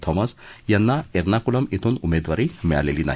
Thomas यांना एर्नाकुलम इथून उमेदवारी मिळालेली नाही